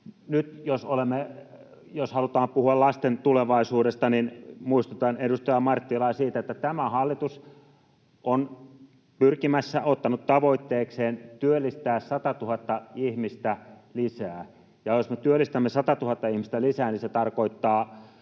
Nyt jos halutaan puhua lasten tulevaisuudesta, niin muistutan edustaja Marttilaa siitä, että tämä hallitus on ottanut tavoitteekseen työllistää 100 000 ihmistä lisää, ja jos me työllistämme 100 000 ihmistä lisää, niin se tarkoittaa